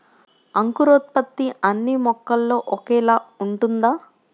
అంకురోత్పత్తి అన్నీ మొక్కలో ఒకేలా ఉంటుందా?